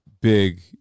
big